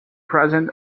present